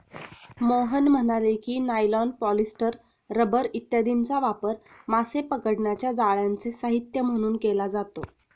मोहन म्हणाले की, nylon, polyester, rubber इत्यादींचा वापर मासे पकडण्याच्या जाळ्यांचे साहित्य म्हणून केला जातो